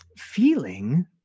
Feeling